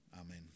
Amen